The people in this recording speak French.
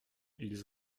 ils